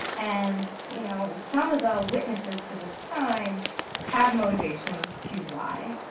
and, you know, some of the witnesses to this crime have motivation to lie,